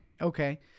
Okay